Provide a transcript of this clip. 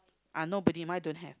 are nobody mine don't have